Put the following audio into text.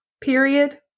period